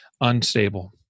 unstable